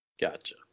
Gotcha